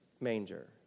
manger